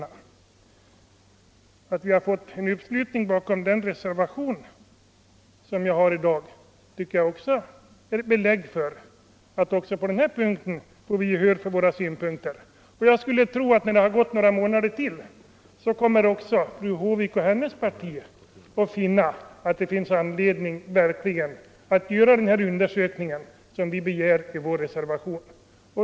Uppslutningen bakom den reservation som vi fogat till socialförsäkringsutskottets betänkande nr 19 tycker jag också är ett belägg för att vi även på denna punkt skall få gehör för våra synpunkter. När det har gått några månader till, kommer nog fru Håvik och hennes parti att finna att det verkligen är anledning att göra den undersökning som vi begär i vår reservation.